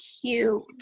Cute